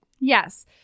yes